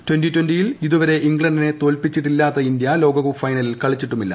twenty ടാന്റിയിൽ ഇതുവരെ ഇംഗ്ലണ്ടിനെ തോൽപ്പിച്ചിട്ടില്ലാത്ത ഇന്ത്യ ലോകകപ്പ് ഫൈനൽ കളിച്ചിട്ടുമില്ല